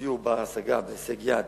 לדיור בר-השגה, בהישג יד,